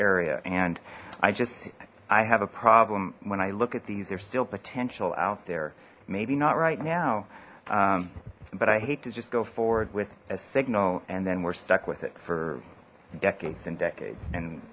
area and i just i have a problem when i look at these they're still potential out there maybe not right now but i hate to just go forward with a signal and then we're stuck with it for decades and decades and